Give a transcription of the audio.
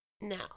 Now